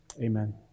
Amen